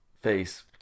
Face